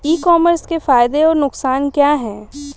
ई commerce के फायदे और नुकसान क्या हैं?